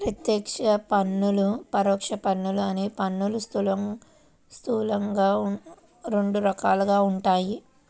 ప్రత్యక్ష పన్నులు, పరోక్ష పన్నులు అని పన్నులు స్థూలంగా రెండు రకాలుగా ఉంటాయి